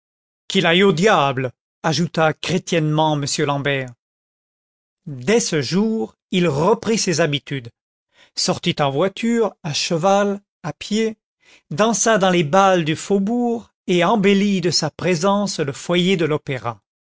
qu'il aille au diable ajouta chrétiennement m l'ambert dès ce jour il reprit ses habitudes sortit en voiture à cheval à pied dansa dans les bals du faubourg et embellit de sa présence le foyer de l'opéra